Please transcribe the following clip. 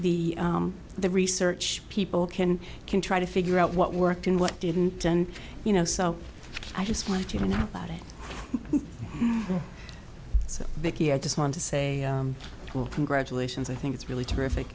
the the research people can can try to figure out what worked and what didn't and you know so i just want to know about it so i just want to say well congratulations i think it's really terrific